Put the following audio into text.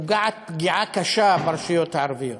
פוגעת פגיעה קשה ברשויות הערביות.